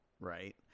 right